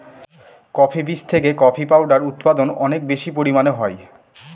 coffee বীজ থেকে coffee powder উৎপাদন অনেক বেশি পরিমানে হয়